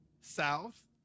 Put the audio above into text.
south